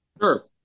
Sure